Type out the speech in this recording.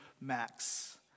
Max